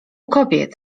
kobiet